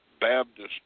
Baptist